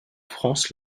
france